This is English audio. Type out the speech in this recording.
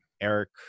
eric